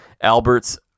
albert's